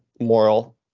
moral